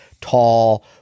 tall